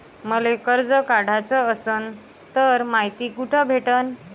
मले कर्ज काढाच असनं तर मायती कुठ भेटनं?